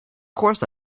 course